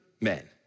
men